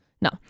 No